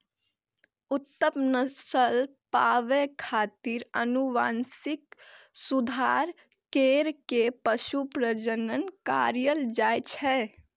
उत्तम नस्ल पाबै खातिर आनुवंशिक सुधार कैर के पशु प्रजनन करायल जाए छै